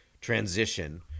transition